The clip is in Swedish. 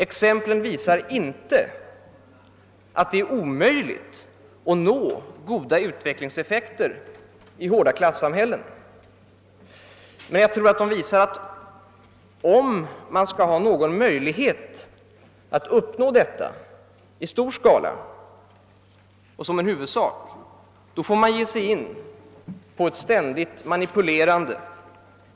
Exemplen visar inte att det är omöjligt att nå goda utvecklingseffekter i ett hårt klassamhälle, men jag tror de visar att, om man skall ha någon möjlighet att uppnå detta i stor skala och som en huvudsak, så får man ge sig in på ett ständigt manipulerande.